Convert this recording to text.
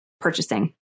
purchasing